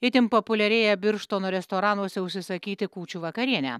itin populiarėja birštono restoranuose užsisakyti kūčių vakarienę